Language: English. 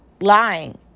lying